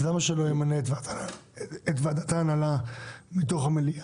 אז למה שלא ימנה את ועדת ההנהלה מתוך המליאה?